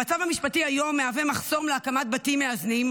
המצב המשפטי היום מהווה מחסום להקמת בתים מאזנים,